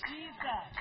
Jesus